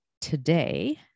today